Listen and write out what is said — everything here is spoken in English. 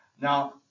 Now